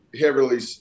heavily